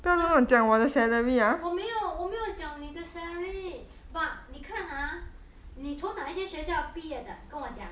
!huh! 我没有我没有讲你的 salary but 你看啊你从哪一间学校毕业的跟我讲